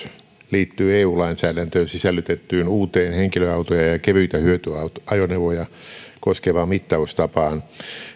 liittyy eu lainsäädäntöön sisällytettyyn uuteen henkilöautoja ja ja kevyitä hyötyajoneuvoja koskevaan mittaustapaan